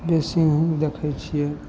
बेसी ओहूमे देखै छियै